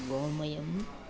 गोमयं